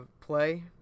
play